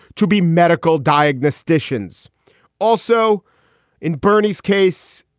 to be medical diagnosticians also in bernie's case.